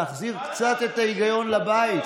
להחזיר קצת את ההיגיון לבית,